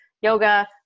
yoga